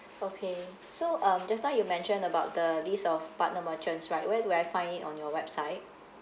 okay so um just now you mentioned about the list of partner merchants right where do I find it on your website